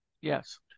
Yes